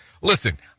Listen